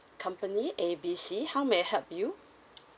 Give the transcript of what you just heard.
company A B C how may I help you